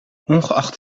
ongeacht